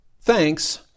Thanks